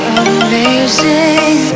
amazing